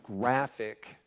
graphic